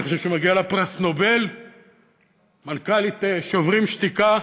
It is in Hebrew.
אני חושב שמגיע פרס נובל למנכ"לית "שוברים שתיקה".